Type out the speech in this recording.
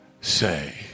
say